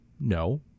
No